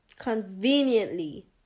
conveniently